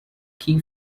key